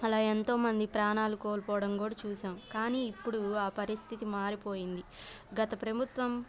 అలా ఎంతోమంది ప్రాణాలు కోల్పోవడం గూడా చూశాము కానీ ఇప్పుడు ఆ పరిస్థితి మారిపోయింది గత ప్రభుత్వం